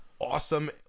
awesome